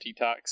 detox